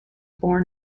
born